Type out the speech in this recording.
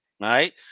right